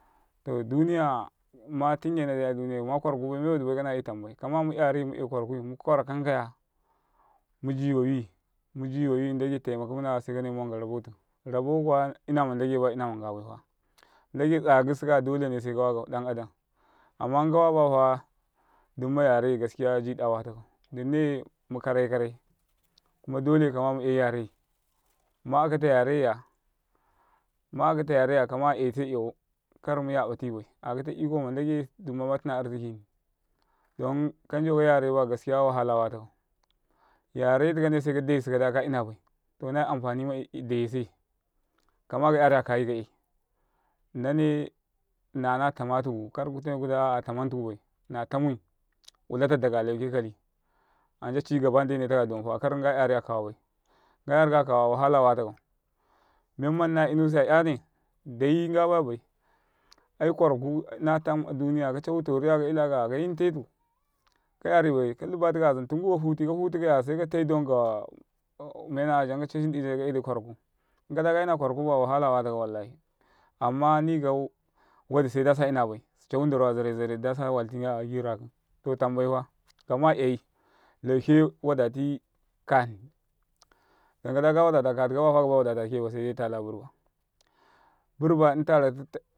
. Duniya ma tingena nadai aduniya makwaraku bai kana 'ya tambai kama mu'yari ma'yai kwaraku mukwara kankaya mu mal ɗ a ɗ i n ɗ agai mburmuna kaya se kanai muwanka rabottum rabakuwa inama n ɗ dage baya inama ngabaifa n ɗ age jira sukaya dolene seka wakau ɗ ana ɗ am amma inka wabayafa ɗ umma yane mukare kare kuma ɗ ole kama mu'yai yarey ma'akata yareyya ma akata yareyya ka yai se'yase'yawau karmu yaƃatibai a'akata iko ma n ɗ age ɗ umuma ma tina arziki ɗ an ka jauka yare baya jire wahda watakau yaretikane se ka ɗ aisi kada ka inabai to naye amfani ma ɗ ayese kama ka'yari aka yika'yay nnane nana tamatuku kar kutame ɗ a a'a taman tukubai natamayulata ɗ aga lauke kali ance cigaba n ɗ enetaka ɗ onfa kar nga 'yari akawabai nga yarika kawaya mayata watakau menma na inuni ya 'yase ai kwaraka natam a ɗ uniya kacawa tori ka 'yilakaya kayinteta ka'yaribai kalaba tikaya tungu kahati kahutu kaya saikatai ɗ onka jan kashin ɗ i ka ido kwaraku in ǩa ɗ a ka ina kwarakubaya wahala wata wallahi amma nikau wa ɗ i seda sayinabai cawu n ɗ aru ya zare ɗ-zare ɗ ɗ a sa waltinka agi ratan to tambaifa kama 'yay lauke wadati kahni ɗ an ka ɗ a wa ɗ ata kati bayafa kaba wa ɗ ata ke bayse tala burba